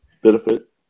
benefit